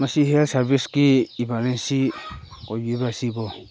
ꯃꯁꯤ ꯍꯤꯌꯥꯔ ꯁꯥꯔꯕꯤꯁꯀꯤ ꯏꯃꯥꯔꯖꯦꯟꯁꯤ ꯑꯣꯏꯕꯤꯕ꯭ꯔꯥ ꯑꯁꯤꯕꯨ